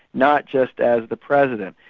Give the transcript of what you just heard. not just as the president.